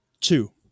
Two